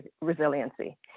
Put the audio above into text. resiliency